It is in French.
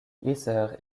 heather